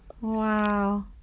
Wow